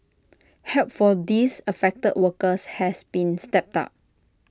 help for these affected workers has been stepped up